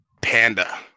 Panda